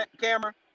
camera